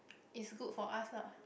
it's good for us lah